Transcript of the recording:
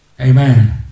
Amen